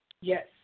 Yes